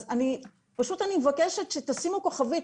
אני מבקשת שתשימו כוכבית,